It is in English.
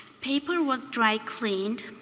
paper was dry cleaned,